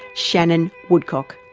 shannon woodcock.